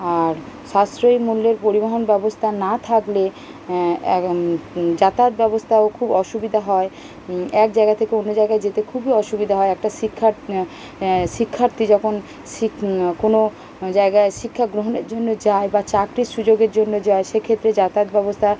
আর সাশ্রয়ী মূল্যের পরিবহন ব্যবস্থা না থাকলে এক যাতায়াত ব্যবস্থাও খুব অসুবিধা হয় এক জায়গা থেকে অন্য জায়গায় যেতে খুবই অসুবিধা হয় একটা শিক্ষার শিক্ষার্থী যখন শিক কোনও জায়গায় শিক্ষা গ্রহণের জন্য যায় বা চাকরির সুযোগের জন্য যায় সেক্ষেত্রে যাতায়াত ব্যবস্থা